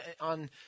on